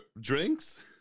drinks